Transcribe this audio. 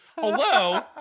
Hello